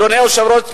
אדוני היושב-ראש,